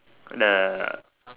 gonna